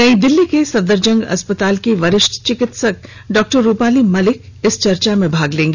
नई दिल्ली के सफदरजंग अस्पताल की वरिष्ठ चिकित्सक डॉक्टर रुपाली मलिक चर्चा में भाग लेंगी